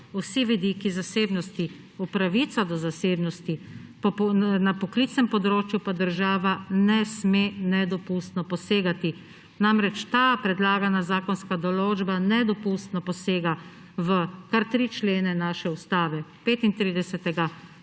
vsi vidiki zasebnosti, v pravico do zasebnosti na poklicnem področju pa država ne sme nedopustno posegati. Ta predlagana zakonska določba nedopustno posega v kar tri člene naše ustave – 35.,